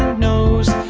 nose.